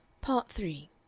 part three